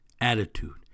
attitude